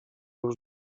już